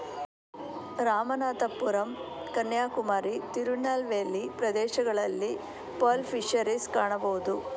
ರಾಮನಾಥಪುರಂ ಕನ್ಯಾಕುಮಾರಿ, ತಿರುನಲ್ವೇಲಿ ಪ್ರದೇಶಗಳಲ್ಲಿ pearl fisheries ಕಾಣಬೋದು